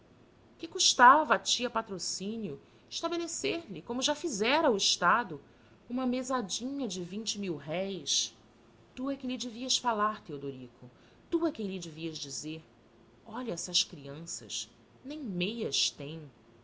que custava a tia patrocínio estabelecerlhe como já fizera o estado uma mesadinha de vinte mil-réis tu é que lhe devias falar teodorico tu é que lhe devias dizer olha para essas crianças nem meias têm